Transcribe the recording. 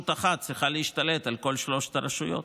אחת צריכה להשתלט על כל שלוש הרשויות.